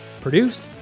produced